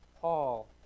Paul